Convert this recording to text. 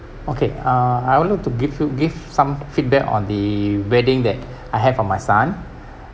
okay uh I will look to give you give some feedback on the wedding that I have for my son